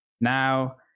Now